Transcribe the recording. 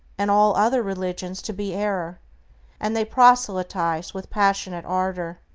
and all other religions to be error and they proselytize with passionate ardor.